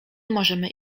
możemy